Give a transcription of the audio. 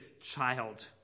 child